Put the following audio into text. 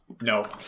No